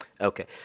Okay